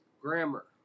Grammar